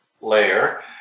layer